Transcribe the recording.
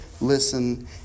listen